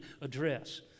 address